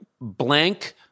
blank